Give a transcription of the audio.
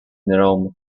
rome